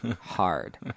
hard